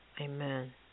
Amen